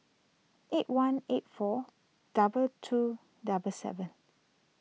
eight one eight four double two double seven